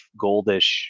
goldish